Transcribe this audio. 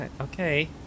Okay